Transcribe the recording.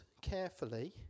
carefully